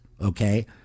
okay